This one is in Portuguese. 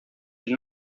ele